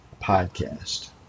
podcast